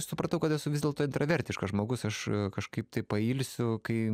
supratau kad esu vis dėlto intravertiškas žmogus aš kažkaip tai pailsiu kai